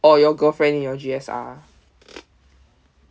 or your girlfriend in your G_S_R